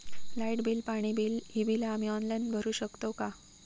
Light bill, पाणी bill, ही बिला आम्ही ऑनलाइन भरू शकतय का?